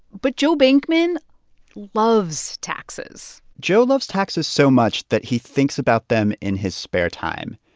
but joe bankman loves taxes joe loves taxes so much that he thinks about them in his spare time.